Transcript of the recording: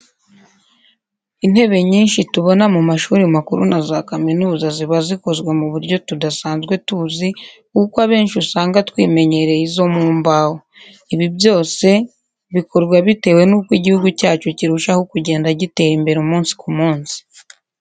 Intebe nyinshi tubona mu mashuri makuru na za kaminuza ziba zikozwe mu buryo tudasanzwe tuzi, kuko abenshi usanga twimenyereye izo mu mbaho. Ibi byose bikorwa bitewe n'uko igihugu cyacu kirushaho kugenda gitera imbere umunsi ku munsi.